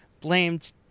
blamed